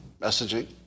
messaging